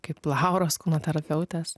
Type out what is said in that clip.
kaip lauros kūno terapeutės